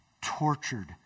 tortured